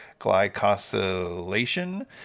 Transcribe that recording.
glycosylation